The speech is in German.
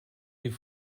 die